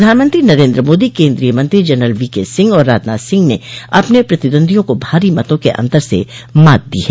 प्रधानमंत्री नरेन्द्र मोदी केन्द्रीय मंत्री जनरल वीके सिंह और राजनाथ सिंह ने अपने प्रतिद्वंदियों को भारी मतों के अंतर से मात दी है